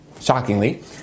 shockingly